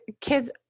kids